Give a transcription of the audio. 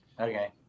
Okay